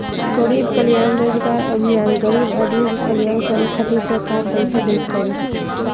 गरीब कल्याण रोजगार अभियान गरीब आदमी के कल्याण करे खातिर सरकार पईसा देत हवे